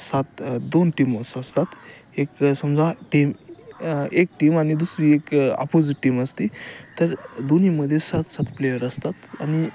सात दोन टीम अस असतात एक समजा टीम एक टीम आणि दुसरी एक अपोजिट टीम असते तर दोन्हीमध्ये सात सात प्लेयर असतात आणि